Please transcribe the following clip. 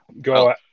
go